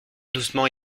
doucement